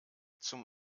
zum